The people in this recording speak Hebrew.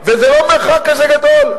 אדם שנפגע בתאונה ואיסור עריכת הסדר טיעון עם נאשם